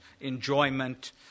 enjoyment